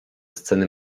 sceny